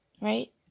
right